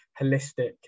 holistic